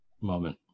moment